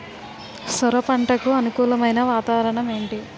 సొర పంటకు అనుకూలమైన వాతావరణం ఏంటి?